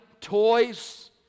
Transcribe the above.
toys